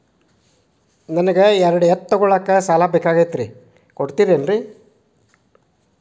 ನನಗ ಎರಡು ಎತ್ತು ತಗೋಳಾಕ್ ಸಾಲಾ ಬೇಕಾಗೈತ್ರಿ ಕೊಡ್ತಿರೇನ್ರಿ?